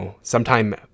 sometime